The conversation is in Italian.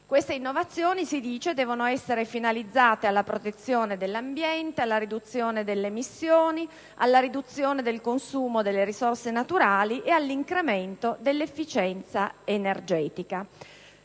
Queste ultime - è detto - devono essere finalizzate alla protezione dell'ambiente, alla riduzione delle emissioni, alla riduzione del consumo delle risorse naturali e all'incremento dell'efficienza energetica.